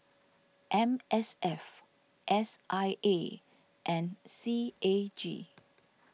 M S F S I A and C A G